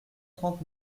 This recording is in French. trente